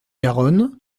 garonne